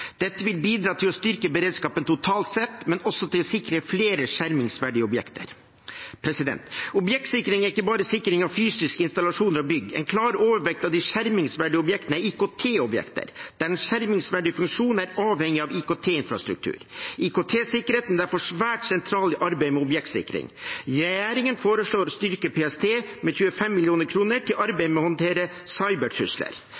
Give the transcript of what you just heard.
Dette vil bidra til å styrke beredskapen totalt sett, men også til å sikre flere skjermingsverdige objekter. Objektsikring er ikke bare sikring av fysiske installasjoner og bygg. En klar overvekt av de skjermingsverdige objektene er IKT-objekter, der den skjermingsverdige funksjonen er avhengig av IKT-infrastruktur. IKT-sikkerheten er derfor svært sentral i arbeidet med objektsikring. Regjeringen foreslår å styrke PST med 25 mill. kr til